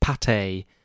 pate